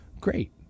Great